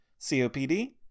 COPD